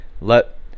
let